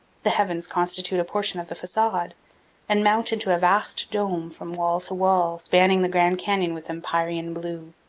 the heavens constitute a portion of the facade and mount into a vast dome from wall to wall, spanning the grand canyon with empyrean blue.